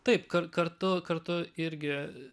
taip kar kartu kartu irgi